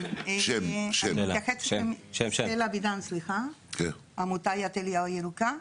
סטלה אבידן, עמותת "יד אליהו ירוקה".